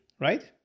right